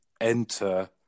enter